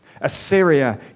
Assyria